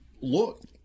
Look